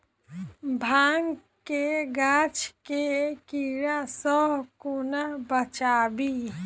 भांग केँ गाछ केँ कीड़ा सऽ कोना बचाबी?